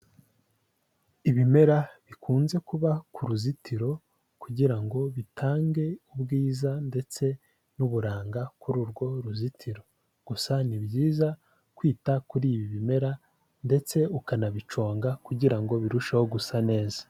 Ibimera bikunze kuba ku ruzitiro kugira ngo bitange ubwiza ndetse n'uburanga kuri urwo ruzitiro, gusa ni byiza kwita kuri ibi bimera ndetse ukanabiconga kugira ngo birusheho gusa neza.